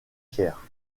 pierre